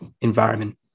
environment